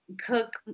cook